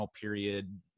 period